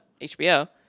HBO